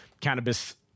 cannabis